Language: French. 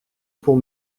pour